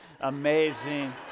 amazing